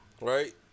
Right